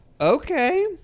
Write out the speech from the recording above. Okay